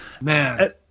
man